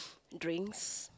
drinks